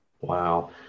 Wow